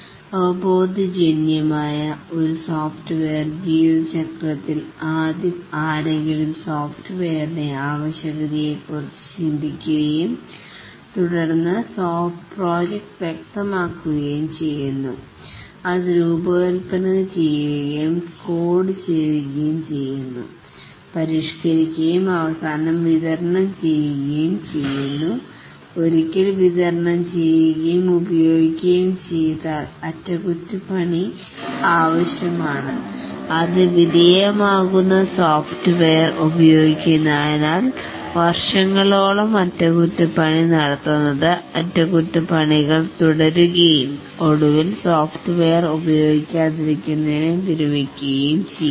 അവബോധജന്യമായി ഒരു സോഫ്റ്റ്വെയർ ജീവിത ചക്രത്തിൽ ആദ്യം ആരെങ്കിലും സോഫ്റ്റ്വെയറിനെ ആവശ്യകതയെ കുറിച്ച് ചിന്തിക്കുകയും തുടർന്ന് പ്രോജക്ട് വ്യക്തമാക്കുകയും ചെയ്യുന്നു അത് ഡിസൈൻ ചെയ്യുകയും കോഡ് ചെയ്യുകയും ടെസ്റ്റ് ചെയ്യുകയും അവസാനം ടെലിവെർ ചെയ്യുകയും ചെയ്യുന്നു ഒരിക്കൽ ടെലിവെർ ചെയ്യുകയും ഉപയോഗിക്കുകയും ചെയ്താൽ മൈന്റൈൻ ആവശ്യമാണ് അത് വിധേയമാകുന്ന സോഫ്റ്റ്വെയർ ഉപയോഗിക്കുന്നതിനാൽ വർഷങ്ങളോളം മൈന്റൈൻ നടത്തുന്നത് അറ്റകുറ്റപ്പണികൾ തുടരുകയും ഒടുവിൽ സോഫ്റ്റ്വെയർ ഉപയോഗിക്കാതിരുന്നത് വിരമിക്കുകയും ചെയ്യും